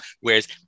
Whereas